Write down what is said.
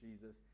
Jesus